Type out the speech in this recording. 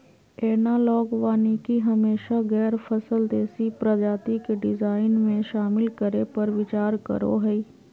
analogue वानिकी हमेशा गैर फसल देशी प्रजाति के डिजाइन में, शामिल करै पर विचार करो हइ